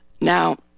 Now